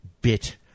bit